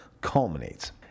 culminates